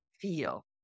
feel